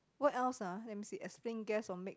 what else ah let me see explain guess or make